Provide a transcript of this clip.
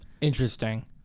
Interesting